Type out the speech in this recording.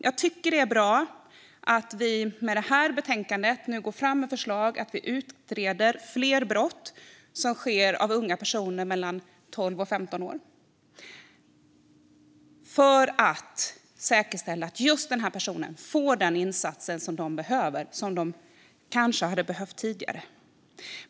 Jag tycker att det är bra att vi i och med detta betänkande nu går fram med förslag om att utreda fler brott som begås av unga personer mellan 12 och 15 år för att säkerställa att de får de insatser som de behöver och som de kanske hade behövt tidigare.